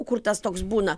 kur tas toks būna